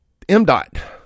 MDOT